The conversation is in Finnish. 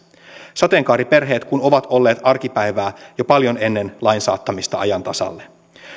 sateenkaariperheet kun ovat olleet arkipäivää jo paljon ennen lain saattamista ajan tasalle